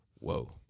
whoa